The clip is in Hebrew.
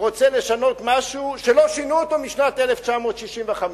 רוצה לשנות משהו שלא שינו משנת 1965,